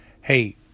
hey